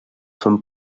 són